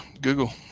Google